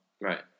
Right